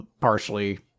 partially